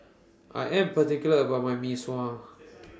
I Am particular about My Mee Sua